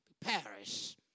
Paris